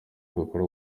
dukora